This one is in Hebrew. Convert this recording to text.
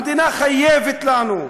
המדינה חייבת לנו.